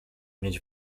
mieć